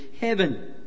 heaven